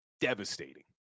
Devastating